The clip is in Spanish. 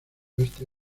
oeste